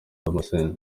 damascene